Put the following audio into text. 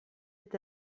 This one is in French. est